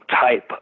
type